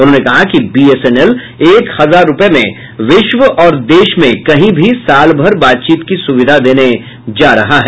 उन्होंने कहा कि बीएसएनएल एक हजार रूपये में विश्व और देश में कहीं भी साल भर बातचीत की सुविधा देने जा रही है